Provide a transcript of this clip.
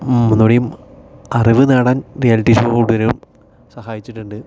ഒന്നുകൂടിയും അറിവ് നേടാൻ reality show കൂടുതലും സഹായിച്ചിട്ടുണ്ട്